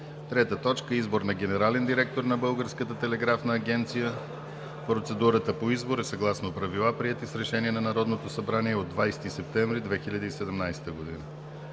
2017 г. 3. Избор на генерален директор на Българската телеграфна агенция. Процедурата по избор е съгласно правила, приети с Решение на Народното събрание от 20 септември 2017 г.